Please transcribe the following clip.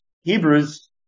Hebrews